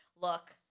Look